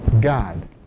God